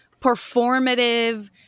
performative